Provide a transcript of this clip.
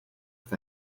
with